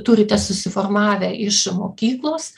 turite susiformavę iš mokyklos